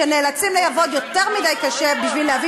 תיתנו, ביחד עם היכולת לעבוד, תיתנו, אני הייתי